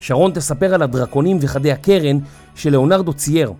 שרון תספר על הדרקונים וחדי הקרן של לאונרדו צייר